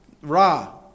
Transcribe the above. ra